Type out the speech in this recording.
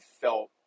felt